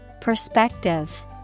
Perspective